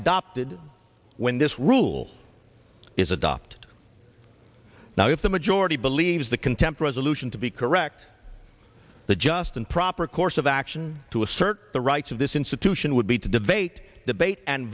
adopted when this rule is adopt now if the majority believes the contempt resolution to be correct the just and proper course of action to assert the rights of this institution would be to debate the bait and